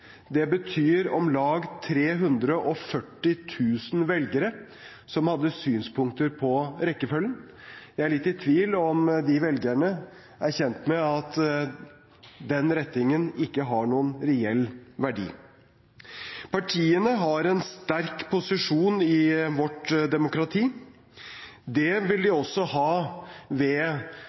Det betyr at det var om lag 340 000 velgere som hadde synspunkter på rekkefølgen. Jeg er litt i tvil om de velgerne er kjent med at den rettingen ikke har noen reell verdi. Partiene har en sterk posisjon i vårt demokrati. Det vil de også ha ved